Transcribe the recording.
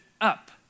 up